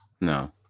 No